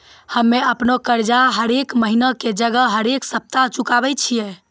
हम्मे अपनो कर्जा हरेक महिना के जगह हरेक सप्ताह चुकाबै छियै